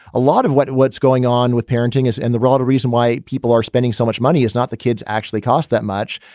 a lot of what what's going on with parenting is in and the realm of reason why people are spending so much money. is not the kids actually cost that much.